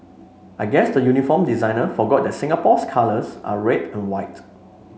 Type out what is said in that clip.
I guess the uniform designer forgot that Singapore's colours are red and white